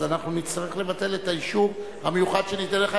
אז אנחנו נצטרך לבטל את האישור המיוחד שניתן לך.